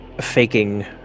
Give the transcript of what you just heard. faking